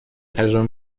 تجربه